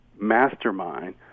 mastermind